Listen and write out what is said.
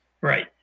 Right